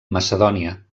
macedònia